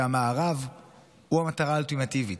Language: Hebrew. שהמערב הוא המטרה האולטימטיבית.